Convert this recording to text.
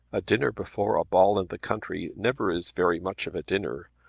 a dinner before a ball in the country never is very much of a dinner.